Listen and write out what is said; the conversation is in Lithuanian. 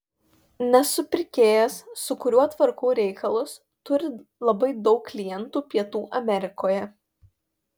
nes supirkėjas su kuriuo tvarkau reikalus turi labai daug klientų pietų amerikoje